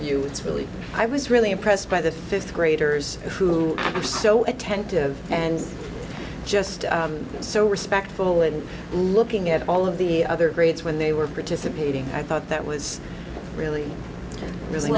you it's really i was really impressed by the fifth graders who are so attentive and just so respectful and looking at all of the other greats when they were participating i thought that was really really